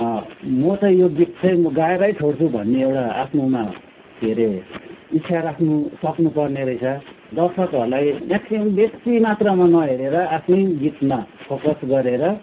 म त यो गीत चाहिँ म गाएरै छोड्छु भन्ने एउटा आफ्नोमा के अरे इच्छा राख्नु सक्नुपर्ने रहेछ दर्शकहरूलाई म्याक्सिमम् बेसी मात्रामा नहेरेर आफ्नै गीतमा फोकस गरेर